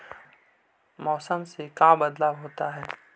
मौसम से का बदलाव होता है?